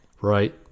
right